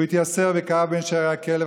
הוא התייסר וכאב בין שערי הכלא,